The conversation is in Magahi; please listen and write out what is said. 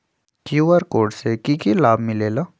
कियु.आर कोड से कि कि लाव मिलेला?